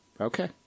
okay